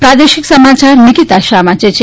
પ્રાદેશિક સમાચાર નીકિતા શાહ વાંચે છે